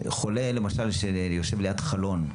חולה למשל שיושב ליד חלון,